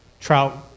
trout